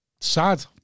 Sad